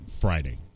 friday